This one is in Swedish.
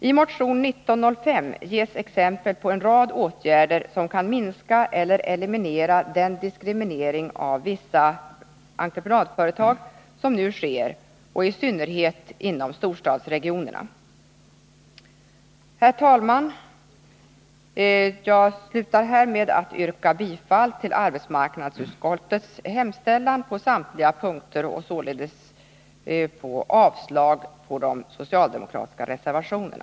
I motion 1905 ges exempel på en rad åtgärder som kan minska eller eliminera den diskriminering av vissa entreprenadföretag som nu sker, i synnerhet inom storstadsregionerna. Herr talman! Jag slutar här med att yrka bifall till arbetsmarknadsutskot tets hemställan på samtliga punkter och således avslag på de socialdemokratiska reservationerna.